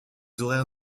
horaires